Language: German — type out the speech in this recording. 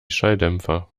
schalldämpfer